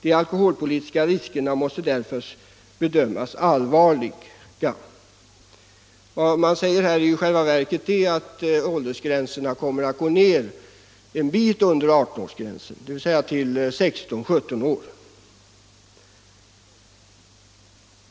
De alkoholpolitiska riskerna måste därför bedömas som allvarliga.” Vad man i själva verket säger är att åldersgränserna kommer att gå ned en bit under 18-årsgränsen, dvs. till 16-17 år.